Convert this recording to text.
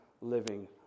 living